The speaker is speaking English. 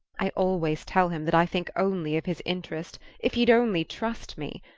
i always tell him that i think only of his interest if he'd only trust me!